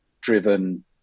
driven